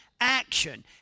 action